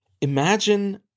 Imagine